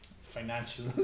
financial